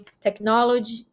Technology